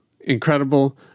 incredible